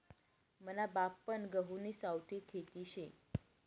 मना बापपन गहुनी सावठी खेती शे